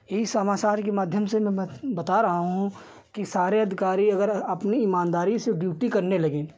इस समाचार के माध्यम से मैं बत बता रहा हूँ कि सारे अधिकारी अगर अपनी ईमानदारी से ड्यूटी करने लगें